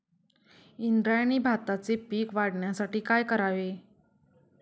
इंद्रायणी भाताचे पीक वाढण्यासाठी काय करावे?